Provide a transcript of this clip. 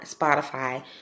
Spotify